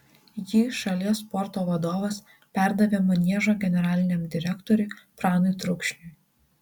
jį šalies sporto vadovas perdavė maniežo generaliniam direktoriui pranui trukšniui